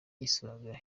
isonga